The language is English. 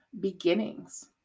beginnings